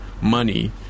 money